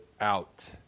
out